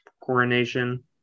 coronation